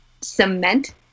cement